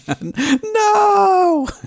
no